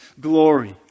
glory